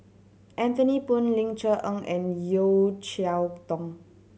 Anthony Poon Ling Cher Eng and Yeo Cheow Tong